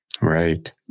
Right